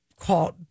called